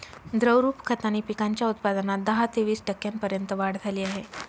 द्रवरूप खताने पिकांच्या उत्पादनात दहा ते वीस टक्क्यांपर्यंत वाढ झाली आहे